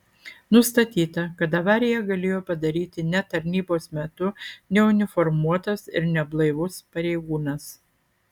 nustatyta kad avariją galėjo padaryti ne tarnybos metu neuniformuotas ir neblaivus pareigūnas